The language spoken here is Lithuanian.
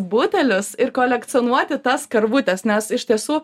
butelius ir kolekcionuoti tas karvutes nes iš tiesų